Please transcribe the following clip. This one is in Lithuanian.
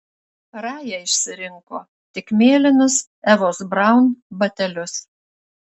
raja išsirinko tik mėlynus evos braun batelius